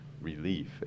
relief